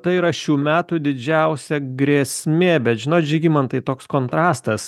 tai yra šių metų didžiausia grėsmė bet žinot žygimantai toks kontrastas